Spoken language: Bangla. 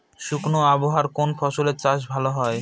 শুষ্ক আবহাওয়ায় কোন ফসলের চাষ ভালো হয়?